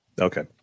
Okay